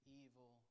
evil